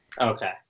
Okay